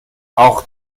auch